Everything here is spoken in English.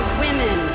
women